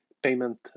Payment